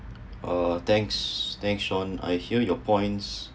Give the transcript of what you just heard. uh thanks thanks shawn I hear your points